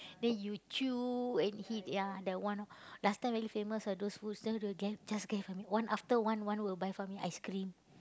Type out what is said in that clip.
then you chew and eat ya that one last time very famous what those school sell the then just get for me one after one one will buy for me ice-cream